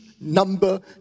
number